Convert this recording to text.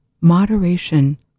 Moderation